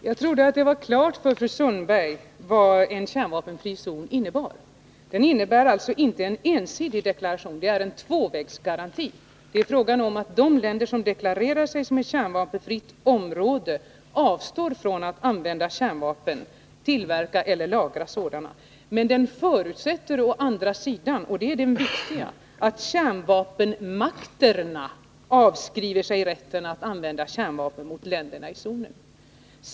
Herr talman! Jag trodde att det var klart för fru Sundberg vad en kärnvapenfri zon innebär. Den bygger inte på en ensidig deklaration utan på en tvåvägsgaranti. Vad det gäller är att de länder som deklarerar sig som kärnvapenfritt område avstår från att använda kärnvapen och från att tillverka eller lagra sådana. Men därvid förutsätts å andra sidan också — och det är det viktiga — att kärnvapenmakterna avskriver sig rätten att använda kärnvapen mot länderna i zonen.